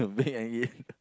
bake and eat